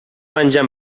menjar